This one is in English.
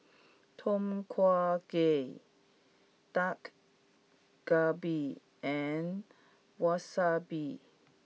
Tom Kha Gai Dak Galbi and Wasabi